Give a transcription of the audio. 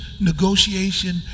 negotiation